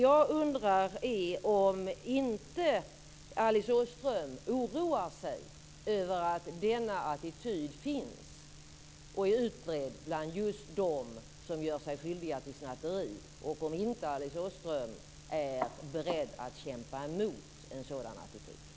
Jag undrar om inte Alice Åström oroar sig över att denna attityd finns och är utbredd bland just dem som gör sig skyldiga till snatteri och om inte Alice Åström är beredd att kämpa mot en sådan attityd.